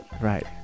right